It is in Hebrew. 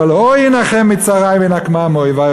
אבל "הוי אנחם מצרי ואנקמה מאויבי",